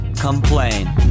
complain